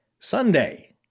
Sunday